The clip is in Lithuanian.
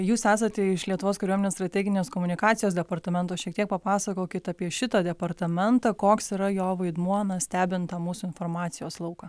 jūs esate iš lietuvos kariuomenės strateginės komunikacijos departamento šiek tiek papasakokit apie šitą departamentą koks yra jo vaidmuo na stebint tą mūsų informacijos lauką